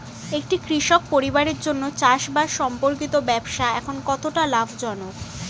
একটি কৃষক পরিবারের জন্য চাষবাষ সম্পর্কিত ব্যবসা এখন কতটা লাভজনক?